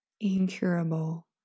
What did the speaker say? incurable